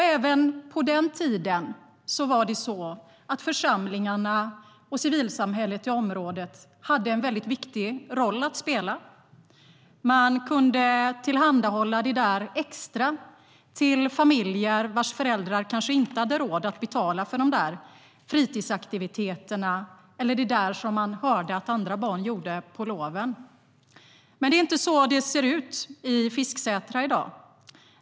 Även på den tiden hade församlingarna och civilsamhället i området en väldigt viktig roll att spela. De kunde tillhandahålla det där extra till familjer vars föräldrar inte hade råd att betala för de där fritidsaktiviteterna eller det där som man hörde att andra barn gjorde på loven. Det är inte så det ser ut i Fisksätra i dag.